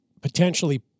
potentially